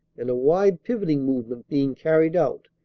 and a wide pivoting movement being carried out,